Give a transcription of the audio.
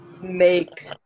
make